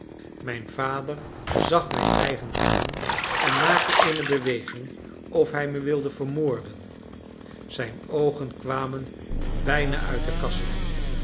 mijn vader zag mij dreigend aan en maakte eene beweging of hij me wilde vermoorden zijn oogen kwamen bijna uit de kassen